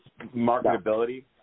marketability